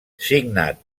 signat